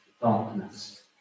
darkness